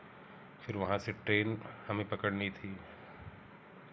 फिर वहाँ से ट्रेन हमें पकड़नी थी